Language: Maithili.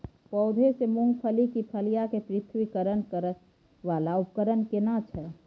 पौधों से मूंगफली की फलियां के पृथक्करण करय वाला उपकरण केना छै?